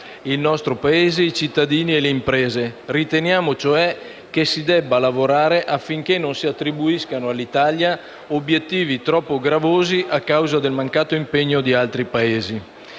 il nostro Paese, i cittadini e le imprese. Riteniamo cioè che si debba lavorare affinché non si attribuiscano all'Italia obiettivi troppo gravosi a causa del mancato impegno di altri Paesi.